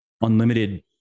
unlimited